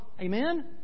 Amen